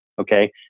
okay